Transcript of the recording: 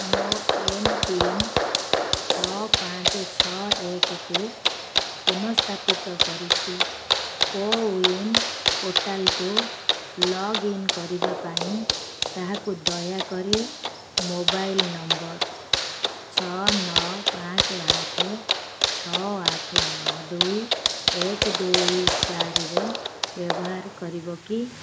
ମୋ M PIN ଛଅ ପାଞ୍ଚ ଛଅ ଏକକୁ ପୁନଃସ୍ଥାପିତ କରିଛି କୋୱିନ୍ ପୋର୍ଟାଲ୍କୁ ଲଗ୍ ଇନ୍ କରିବା ପାଇଁ ତାହାକୁ ଦୟାକରି ମୋବାଇଲ ନମ୍ବର ଛଅ ନଅ ପାଞ୍ଚ ଆଠ ଛଅ ଆଠ ନଅ ଦୁଇ ଏକ ଦୁଇ ଚାରିରେ ବ୍ୟବହାର କରିବ କି